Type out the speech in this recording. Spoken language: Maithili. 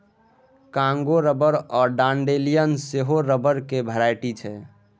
कांगो रबर आ डांडेलियन सेहो रबरक भेराइटी छै